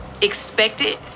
expected